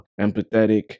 empathetic